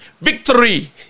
victory